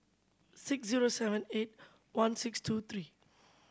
six zero seven eight one six two three